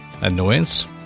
Annoyance